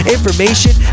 Information